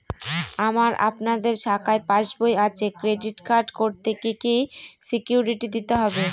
আমার আপনাদের শাখায় পাসবই আছে ক্রেডিট কার্ড করতে কি কি সিকিউরিটি দিতে হবে?